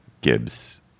Gibbs